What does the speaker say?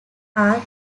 are